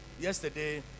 yesterday